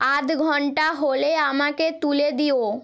আধ ঘন্টা হলে আমাকে তুলে দিও